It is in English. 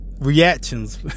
reactions